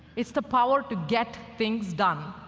it's the power to get things done.